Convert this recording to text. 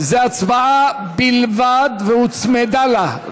יש הצבעה בלבד, והוצמדה לה,